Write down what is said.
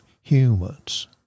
humans